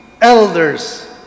elders